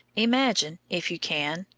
imagine, if you can,